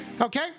Okay